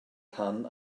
rhan